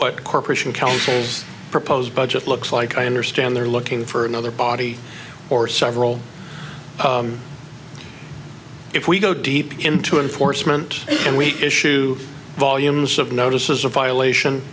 what corporation counsel's proposed budget looks like i understand they're looking for another body or several if we go deep into enforcement and we issue volumes of notices a violation